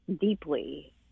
deeply